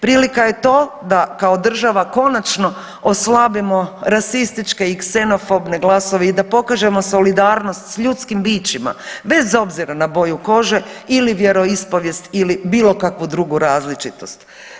Prilika je to da kao država konačno oslabimo rasističke i ksenofobne glasove i da pokažemo solidarnost s ljudskim bićima bez obzira na boju kože ili vjeroispovijest ili bilo kakvu drugu različitost.